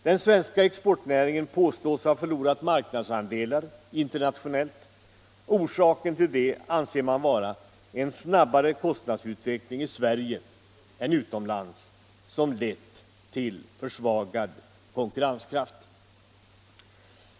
Den svenska exportnäringen påstås ha förlorat marknadsandelar internationellt, och orsaken till detta anger man vara en snabbare kostnadsutveckling i Sverige än utomlands som lett till en försvagad konkurrenskraft.